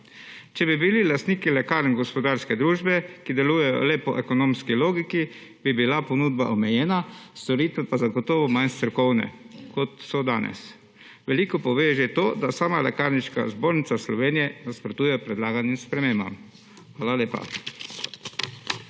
Če bi bili lastniki lekarne gospodarske družbe, ki delujejo le po ekonomski logiki, bi bila ponudba omejena, storitve pa zagotovo manj strokovne, kot so danes. Veliko pove že to, da sama Lekarniška zbornica Slovenije nasprotuje predlaganim spremembam. Hvala lepa.